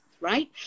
right